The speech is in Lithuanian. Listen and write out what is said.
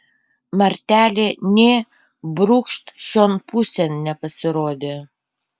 martelė nė brūkšt šion pusėn nepasirodė